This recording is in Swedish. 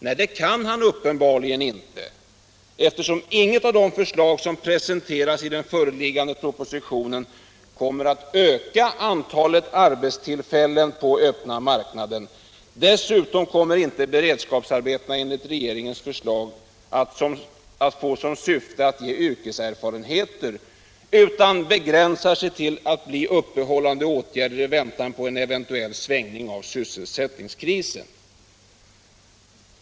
Nej, det kan han uppenbarligen inte — eftersom inget av de förslag som presenterats i den föreliggande propositionen kommer att öka antalet arbeten på den öppna marknaden. Dessutom kommer beredskapsarbetena enligt regeringens förslag inte att få till syfte att ge yrkeserfarenheter, utan de begränsar sig till att bli uppehållande åtgärder i väntan på en eventuell ändring i sysselsättningsläget.